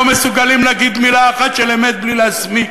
מסוגלים להגיד מילה אחת של אמת בלי להסמיק.